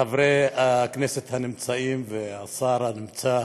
חברי הכנסת הנמצאים והשר הנמצא,